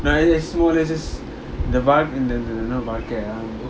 no let's just வாழ்க்கையா:vazhkaya